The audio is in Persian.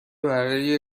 برای